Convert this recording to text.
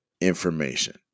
information